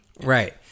Right